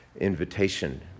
invitation